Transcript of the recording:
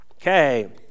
Okay